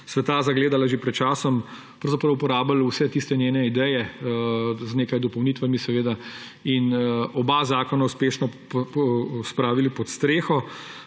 sveta zagledala že pred časom, pravzaprav uporabili vse tiste njene ideje, z nekaj dopolnitvami, in oba zakona uspešno spravili pod streho.